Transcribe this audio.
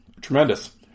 Tremendous